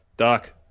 Doc